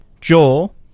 Joel